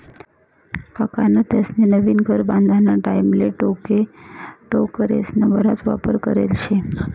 काकान त्यास्नी नवीन घर बांधाना टाईमले टोकरेस्ना बराच वापर करेल शे